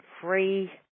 free